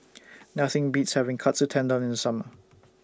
Nothing Beats having Katsu Tendon in The Summer